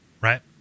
right